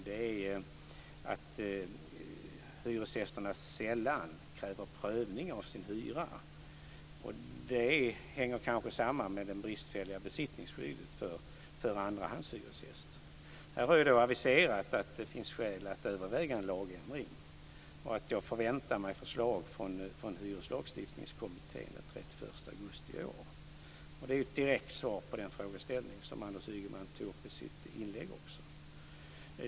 Det är att hyresgästerna sällan kräver prövning av sin hyra. Det hänger kanske samman med det bristfälliga besittningsskyddet för andrahandshyresgästen. Här har jag aviserat att det finns skäl att överväga en lagändring och att jag förväntar mig förslag från hyreslagsstiftningskommittén den 31 augusti i år. Det är ett direkt svar på den frågeställning som Anders Ygeman också tog upp i sitt inlägg.